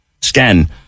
scan